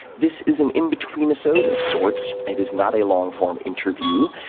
this is an in-between-isode of sorts. it is not a long-form interview,